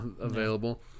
available